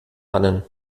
dannen